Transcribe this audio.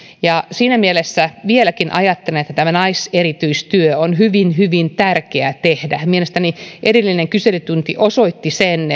siinä mielessä vieläkin ajattelen että naiserityistyötä on hyvin hyvin tärkeä tehdä mielestäni edellinen kyselytunti osoitti sen